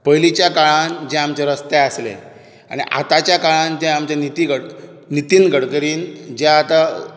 पयलींच्या काळांत जे आमचे रस्ते आसले आनी आतांच्या काळांत जे आमचे निती नितीन गडकरीन जें आतां